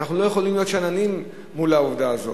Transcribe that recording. ואנחנו לא יכולים להיות שאננים מול העובדה הזאת,